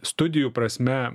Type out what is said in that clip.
studijų prasme